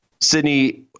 Sydney